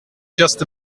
just